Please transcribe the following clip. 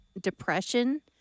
depression